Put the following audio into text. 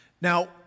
Now